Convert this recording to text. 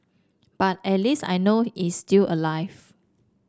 but at least I know is still alive